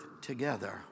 together